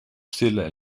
stille